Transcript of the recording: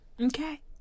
okay